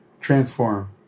transform